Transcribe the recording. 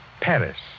Paris